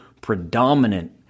predominant